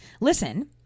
Listen